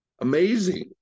amazing